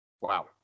Wow